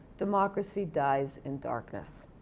democracy dies in darkness.